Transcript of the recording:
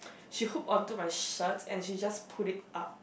she hook onto my shirt and she just pulled it up